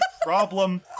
problem